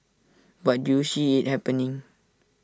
but do you see IT happening